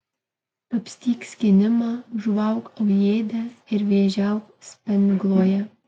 kapstyk skynimą žuvauk aujėde ir vėžiauk spengloje